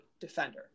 defender